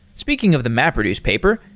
speaking of the mapreduce paper,